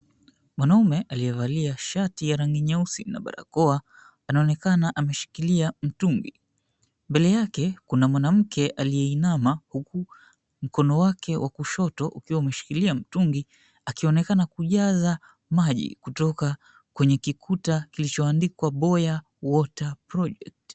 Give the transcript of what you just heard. Mwanaume aliyevalia shati ya rangi nyeusi na barakoa anaonekana ameshikilia mtungi. Mbele yake kuna mwanamke aliyeinama, huku mkono wake wa kushoto ukiwa umeshikilia mtungi. Akionekana kujaza maji kutoka kwenye kikuta kilichoandikwa, Boya Water Project.